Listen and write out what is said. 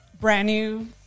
brand-new